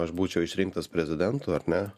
aš būčiau išrinktas prezidentu ar ne